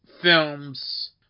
films